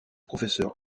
professeur